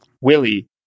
Willie